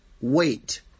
Wait